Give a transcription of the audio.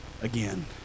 again